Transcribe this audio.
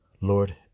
Lord